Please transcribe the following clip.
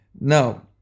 Now